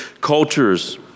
cultures